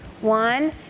one